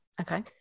Okay